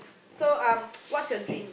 so um what's your dream